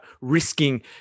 risking